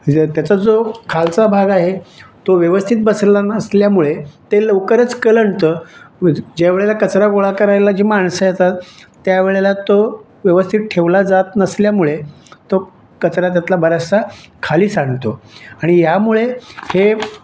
जो त्याचा जो खालचा भाग आहे तो व्यवस्थित बसला नसल्यामुळे ते लवकरच कलंडतं ज ज्या वेळेला कचरा गोळा करायला जी माणसं येतात त्या वेळेला तो व्यवस्थित ठेवला जात नसल्यामुळे तो कचरा त्यातला बराचसा खाली सांडतो आणि ह्यामुळे हे